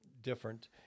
different